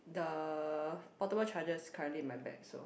the portable charge is currently in my bag so